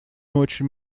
очень